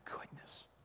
goodness